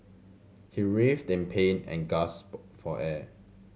he writhed in pain and gasped for air